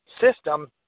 system